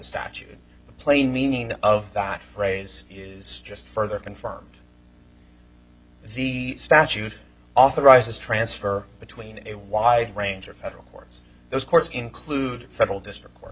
statute plain meaning of that phrase is just further confirms the statute authorizes transfer between a wide range of federal courts those courts include federal district court